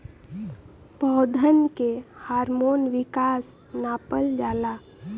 पौधन के हार्मोन विकास नापल जाला